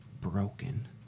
broken